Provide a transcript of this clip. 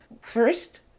First